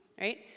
right